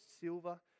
silver